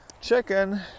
chicken